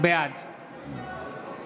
בעד